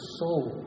soul